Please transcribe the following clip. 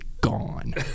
gone